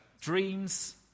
dreams